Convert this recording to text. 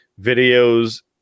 videos